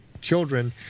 children